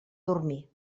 dormir